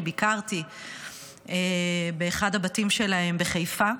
כי ביקרתי באחד הבתים שלה בחיפה.